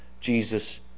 Jesus